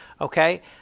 okay